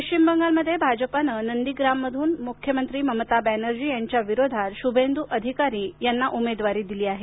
पश्चिम बंगालमध्ये भाजपानं नंदीग्राममधून मुख्यमंत्री ममता बॅनर्जी यांच्याविरोधात शुभेंदु अधिकारी यांना उमेदवारी दिली आहे